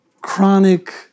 chronic